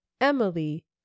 Emily